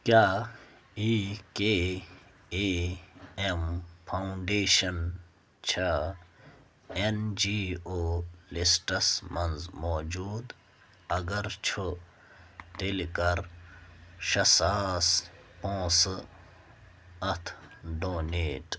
کیٛاہ E K A M foundation چھا N G O lists منٛز موٗجوٗد اگر چھُ تیٚلہِ کَر شےٚ ساس پونٛسہٕ اَتھ ڈونیٹ